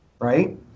right